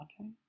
Okay